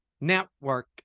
network